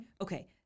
okay